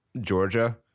Georgia